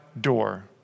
door